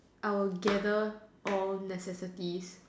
I will gather all necessities